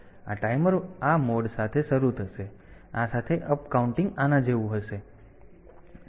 તેથી આ ટાઈમર આ મોડ સાથે શરૂ થશે આ સાથે અપકાઉન્ટિંગ આના જેવું હશે